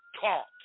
talk